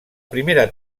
primera